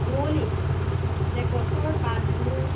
কুঁৱলীত যে গছৰ পাতবোৰ